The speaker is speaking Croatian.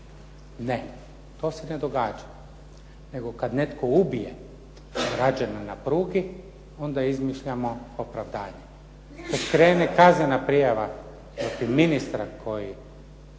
Ne, to se ne događa. Nego kad netko ubije građane na pruzi onda izmišljamo opravdanje. Kad krene kaznena prijava protiv ministra koji